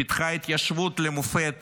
פיתחה התיישבות למופת